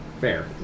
Fair